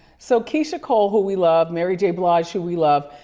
so, keyshia cole, who we love, mary j. blige, who we love,